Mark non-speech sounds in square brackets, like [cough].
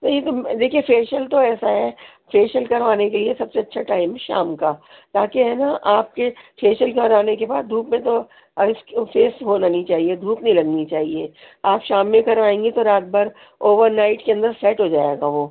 تو یہ تو دیکھیے فیشیل تو ایسا ہے فیشیل کروانے کے لیے سب سے اچھا ٹائم شام کا باقی ہے نا آپ کے فیشیل کرانے کے بعد دھوپ میں تو اور اس کے فیس [unintelligible] وہ ہونی چاہیے دھوپ نہیں لگنی چاہیے آپ شام میں کروائیں گی تو رات بھر اوور نائٹ کے اندر سیٹ ہو جائے گا وہ